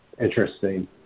Interesting